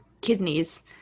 kidneys